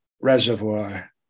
Reservoir